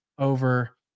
Over